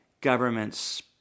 governments